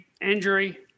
injury